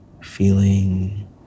feeling